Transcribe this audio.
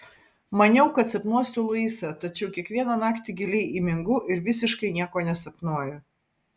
maniau kad sapnuosiu luisą tačiau kiekvieną naktį giliai įmingu ir visiškai nieko nesapnuoju